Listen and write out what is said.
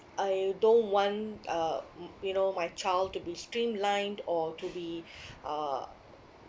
I don't want uh mm you know my child to be streamlined or to be uh